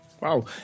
Wow